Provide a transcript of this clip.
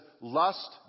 lust